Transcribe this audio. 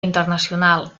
internacional